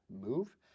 move